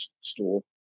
store